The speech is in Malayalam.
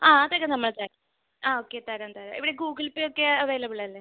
ആ അതൊക്കെ നമ്മൾ തരാം ആ ഓക്കെ തരാം തരാം ഇവിടെ ഗൂഗിൾ പേയൊക്കെ അവൈലബിൾ അല്ലേ